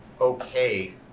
okay